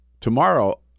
Tomorrow